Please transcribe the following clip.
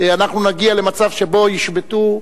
אנחנו נגיע למצב שבו ישבתו,